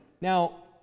Now